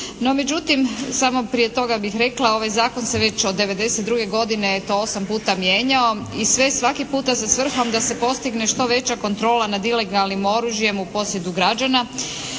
međutim, samo prije toga bih rekla ovaj zakon se već od '92. godine eto 8 puta mijenjao i sve, svaki puta sa svrhom da se postigne što veća kontrola nad ilegalnim oružjem u posjedu građana